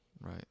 Right